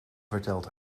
verteld